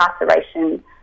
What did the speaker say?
incarceration